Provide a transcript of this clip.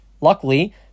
luckily